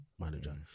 manager